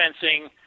fencing